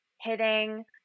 hitting